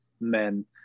men